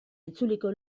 itzuliko